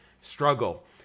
struggle